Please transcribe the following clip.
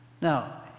Now